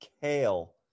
kale